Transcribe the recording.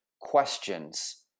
questions